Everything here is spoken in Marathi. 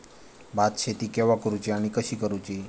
भात शेती केवा करूची आणि कशी करुची?